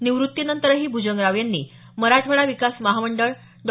निवृत्तीनंतरही भूजंगराव यांनी मराठवाडा विकास महामंडळ डॉ